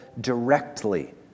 directly